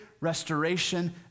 restoration